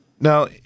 Now